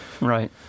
Right